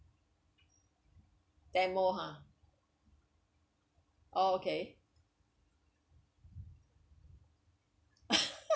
demo ha oh okay